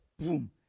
boom